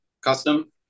custom